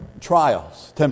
trials